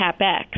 CapEx